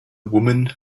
woman